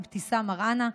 אבתיסאם מראענה,